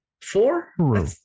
four